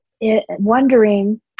wondering